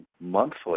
monthly